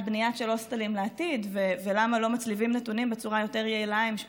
בניית הוסטלים לעתיד ולמה לא מצליבים נתונים בצורה יותר יעילה עם